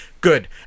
good